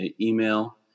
email